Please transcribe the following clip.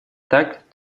так